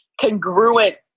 congruent